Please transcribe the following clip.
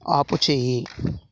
ఆపుచేయి